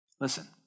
Listen